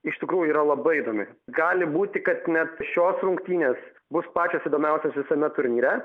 iš tikrųjų yra labai įdomi gali būti kad net šios rungtynės bus pačios įdomiausios visame turnyre